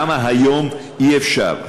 למה היום אי-אפשר,